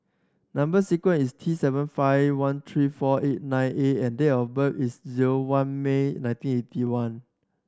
number sequence is T seven five one three four eight nine A and date of birth is zero one May nineteen eighty one